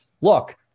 look